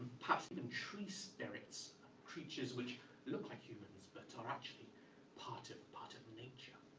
perhaps even tree spirits creatures which look like humans, but are actually part of but nature.